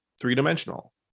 three-dimensional